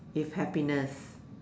is happiness